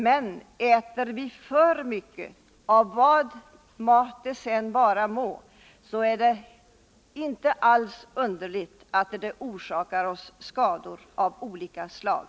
Men äter vi för mycket — av vad mat det sedan vara må — är det inte alls underligt att vi ådrar oss skador av olika slag.